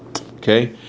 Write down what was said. Okay